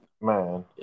Man